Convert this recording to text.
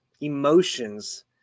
emotions